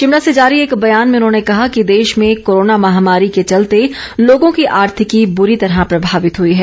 शिमला से जारी एक बयान में उन्होंने कहा कि देश में कोरोना महामारी के चलते लोगों की आर्थिकी बुरी तरह प्रभावित हुई है